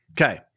Okay